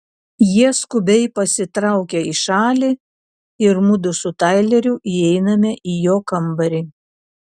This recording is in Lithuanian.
jie skubiai pasitraukia į šalį ir mudu su taileriu įeiname į jo kambarį